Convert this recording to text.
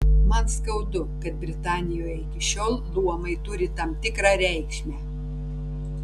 man skaudu kad britanijoje iki šiol luomai turi tam tikrą reikšmę